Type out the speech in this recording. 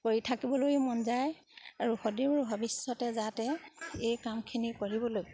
কৰি থাকিবলৈ মন যায় আৰু সদূৰ ভৱিষ্যতে যাতে এই কামখিনি কৰিবলৈ